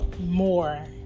more